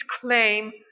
claim